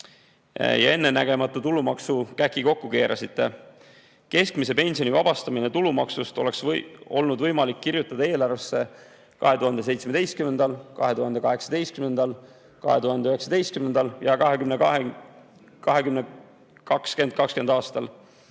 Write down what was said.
ja ennenägematu tulumaksukäki kokku keerasite? Keskmise pensioni vabastamine tulumaksust oleks olnud võimalik kirjutada eelarvesse 2017., 2018., 2019. ja 2020. aastal.